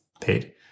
paid